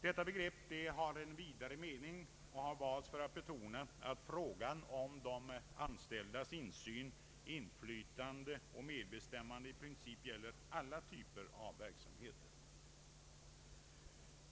Detta begrepp har en vidare mening och har valts för att betona att frågan om de anställdas insyn, inflytande och medbe stämmande i princip gäller alla typer av verksamhet.